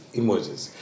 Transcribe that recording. emerges